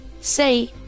say